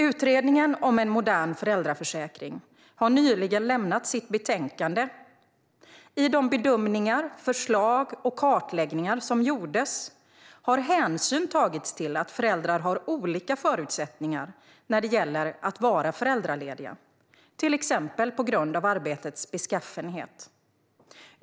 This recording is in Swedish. Utredningen om en modern föräldraförsäkring har nyligen lämnat sitt betänkande. I de bedömningar, förslag och kartläggningar som gjordes har hänsyn tagits till att föräldrar har olika förutsättningar när det gäller att vara föräldralediga, till exempel på grund av arbetets beskaffenhet.